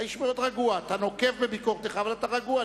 אתה נוקב בביקורתך, אבל אתה רגוע.